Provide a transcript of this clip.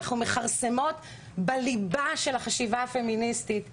מכרסמות בליבה של החשיבה הפמיניסטית שלנו.